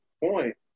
point